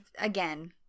again